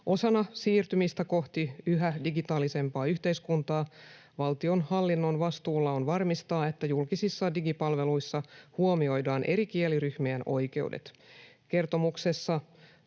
Osana siirtymistä kohti yhä digitaalisempaa yhteiskuntaa valtionhallinnon vastuulla on varmistaa, että julkisissa digipalveluissa huomioidaan eri kieliryhmien oikeudet. Kertomuksessa